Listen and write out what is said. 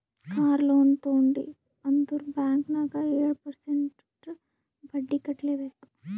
car loan ತೊಂಡಿ ಅಂದುರ್ bank ನಾಗ್ ಏಳ್ ಪರ್ಸೆಂಟ್ರೇ ಬಡ್ಡಿ ಕಟ್ಲೆಬೇಕ್